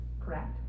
Correct